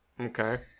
okay